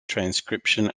transcription